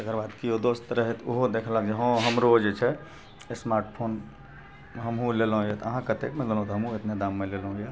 एकरबाद केओ दोस्त रहथि ओ देखलक जे हँ हमरो जे छै स्मार्ट फोन हमहूँ लेलहुुँ यऽ अहाँ कतेकमे लेलहुँ तऽ हमहूँ एतने दाममे लेलहुँ यऽ